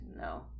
no